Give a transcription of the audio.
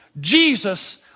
Jesus